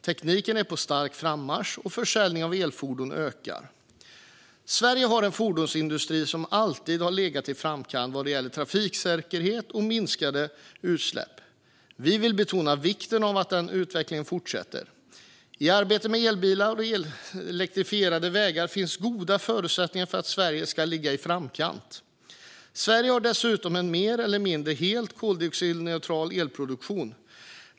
Tekniken är på stark frammarsch, och försäljningen av elfordon ökar. Sverige har en fordonsindustri som alltid har legat i framkant vad gäller trafiksäkerhet och minskade utsläpp. Vi vill betona vikten av att den utvecklingen fortsätter. I arbetet med elbilar och elektrifierade vägar finns goda förutsättningar för Sverige att ligga i framkant. Sverige har dessutom en mer eller mindre helt koldioxidneutral elproduktion.